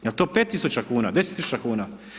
Jel to 5000kn, 10000 kn?